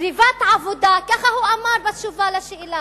סביבת עבודה, ככה הוא אמר בתשובה על שאלה: